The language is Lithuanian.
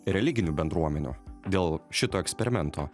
religinių bendruomenių dėl šito eksperimento